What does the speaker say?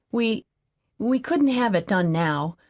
we we couldn't have it done now,